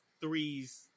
threes